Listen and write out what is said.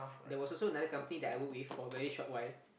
there was also another company that I work with for a very short while